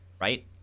right